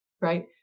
right